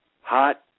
hot